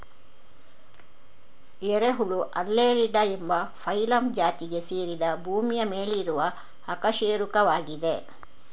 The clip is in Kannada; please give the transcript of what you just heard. ಎರೆಹುಳು ಅನ್ನೆಲಿಡಾ ಎಂಬ ಫೈಲಮ್ ಜಾತಿಗೆ ಸೇರಿದ ಭೂಮಿಯ ಮೇಲಿರುವ ಅಕಶೇರುಕವಾಗಿದೆ